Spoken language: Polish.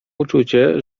uczucie